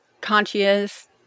conscious